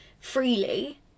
freely